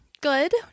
good